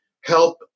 help